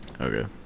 okay